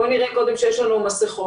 בואו נראה קודם שיש לנו מסכות.